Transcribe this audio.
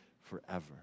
forever